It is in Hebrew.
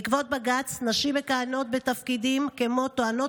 בעקבות בג"ץ נשים מכהנות בתפקידים כמו טוענות